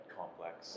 complex